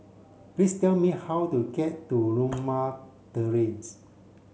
please tell me how to get to Limau Terrace